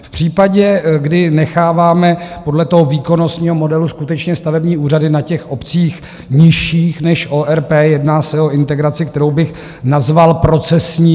V případě, kdy necháváme podle toho výkonnostního modelu skutečně stavební úřady na obcích nižších než ORP, jedná se o integraci, kterou bych nazval procesní.